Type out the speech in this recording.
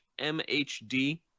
MHD